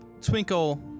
twinkle